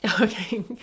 okay